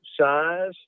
size